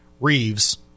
Reeves